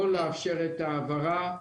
לא לאפשר את ההעברה.